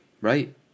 right